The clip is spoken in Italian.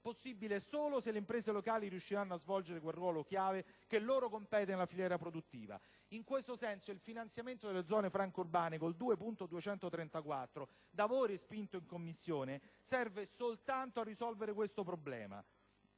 possibile solo se le imprese locali riusciranno a svolgere quel ruolo chiave che loro compete nella filiera produttiva. In questo senso, il finanziamento delle zone franche urbane con l'emendamento 2.234, da voi respinto in Commissione, serve soltanto a risolvere questo problema.